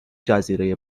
جزیره